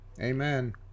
amen